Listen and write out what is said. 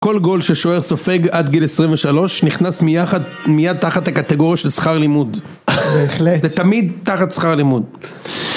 כל גול ששוער סופג עד גיל 23 נכנס מייד תחת הקטגוריה של שכר לימוד. בהחלט. זה תמיד תחת שכר לימוד.